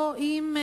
או אם,